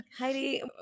Heidi